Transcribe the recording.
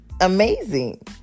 amazing